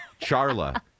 Charla